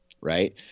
right